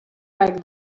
like